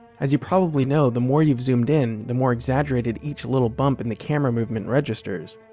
as you probably know, the more you've zoomed in, the more exaggerated each little bump in the camera movement registers.